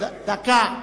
דקה.